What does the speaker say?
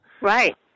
Right